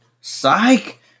Psych